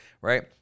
right